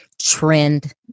trend